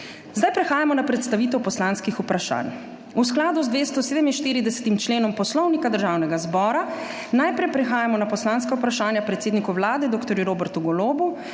Zdaj prehajamo na predstavitev poslanskih vprašanj. V skladu z 247. členom Poslovnika Državnega zbora najprej prehajamo na poslanska vprašanja predsedniku Vlade dr. Robertu Golobu,